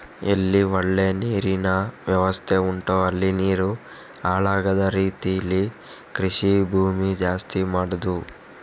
ಎಲ್ಲಿ ಒಳ್ಳೆ ನೀರಿನ ವ್ಯವಸ್ಥೆ ಉಂಟೋ ಅಲ್ಲಿ ನೀರು ಹಾಳಾಗದ ರೀತೀಲಿ ಕೃಷಿ ಭೂಮಿ ಜಾಸ್ತಿ ಮಾಡುದು